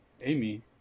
Amy